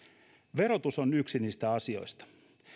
verotus on yksi niistä asioista